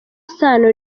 sano